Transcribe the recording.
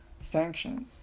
sanction